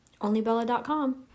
OnlyBella.com